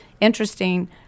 interesting